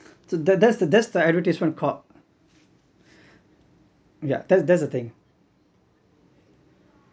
so that that's the that's the advertisement called yeah that's that's the thing